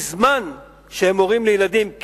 בזמן שהם הורים לילדים,